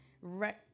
right